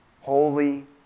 holy